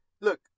Look